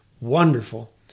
wonderful